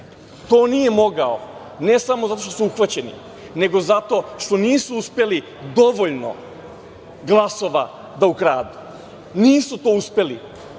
To nije mogao ne samo zato što su uhvaćeni, nego zato što nisu uspeli dovoljno glasova da ukradu. Nisu to uspeli,